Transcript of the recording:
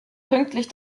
pünktlich